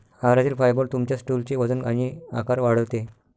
आहारातील फायबर तुमच्या स्टूलचे वजन आणि आकार वाढवते